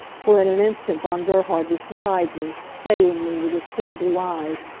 for in an instant von gerhard was beside me, steadying me with his clear blue eyes.